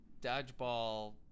dodgeball